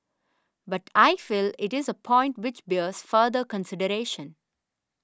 but I feel it is a point which bears further consideration